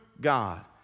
God